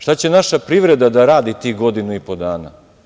Šta će naša privreda da radi tih godinu i po dana?